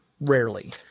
rarely